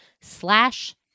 slash